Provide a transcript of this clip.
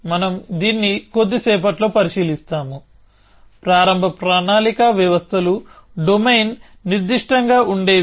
మనం దీన్ని కొద్దిసేపట్లో పరిశీలిస్తాముప్రారంభ ప్రణాళికా వ్యవస్థలు డొమైన్ నిర్దిష్టంగా ఉండేవి